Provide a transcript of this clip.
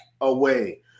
away